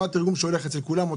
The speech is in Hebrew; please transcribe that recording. התרגום הוא לא אותו דבר אצל כולם.